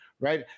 right